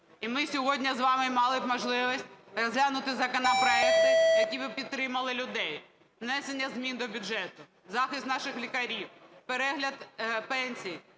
І ми сьогодні з вами мали б можливість розглянути законопроекти, якими підтримали б людей: внесення змін до бюджету, захист наших лікарів, перегляд пенсій,